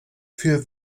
für